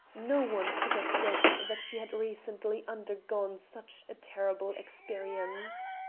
no one could have guessed that she had recently undergone such a terrible experience.